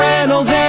Reynolds